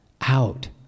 out